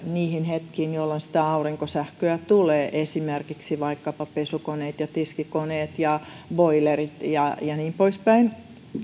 niihin hetkiin jolloin sitä aurinkosähköä tulee esimerkiksi vaikkapa pesukoneet ja tiskikoneet ja boilerit ja ja niin poispäin